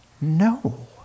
No